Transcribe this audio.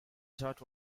george